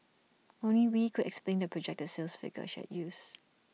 only wee could explain the projected sales figure she had used